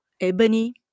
ebony